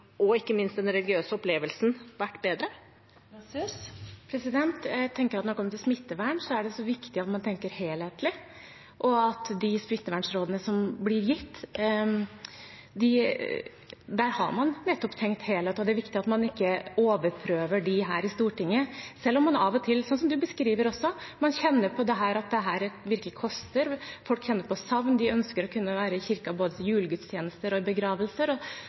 og ikke minst den religiøse opplevelsen vært bedre? Jeg tenker at når det kommer til smittevern, er det viktig at man tenker helhetlig, og når det gjelder de smittevernrådene som blir gitt, har man nettopp tenkt helhet. Det er viktig at man ikke overprøver disse her i Stortinget, selv om man av og til, som også representanten beskriver, kjenner på at dette virkelig koster, folk kjenner på savn, de ønsker å kunne være i kirken både ved julegudstjenester og i begravelser. Men det er, igjen, det overordnede hensynet til å verne liv og